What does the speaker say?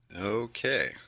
Okay